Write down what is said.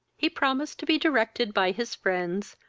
he promised to be directed by his friends,